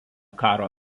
karo